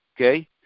okay